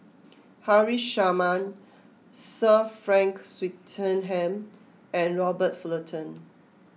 Haresh Sharma Sir Frank Swettenham and Robert Fullerton